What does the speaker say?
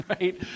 right